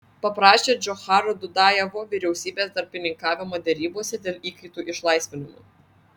paprašė džocharo dudajevo vyriausybės tarpininkavimo derybose dėl įkaitų išlaisvinimo